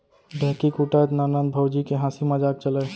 ढेंकी कूटत ननंद भउजी के हांसी मजाक चलय